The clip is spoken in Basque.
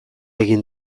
egin